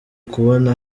kubona